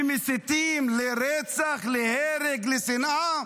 שמסיתים לרצח, להרג, לשנאה?